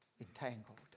entangled